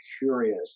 curious